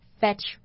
fetch